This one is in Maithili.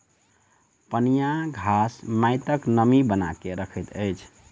पनियाह घास माइटक नमी बना के रखैत अछि